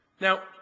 Now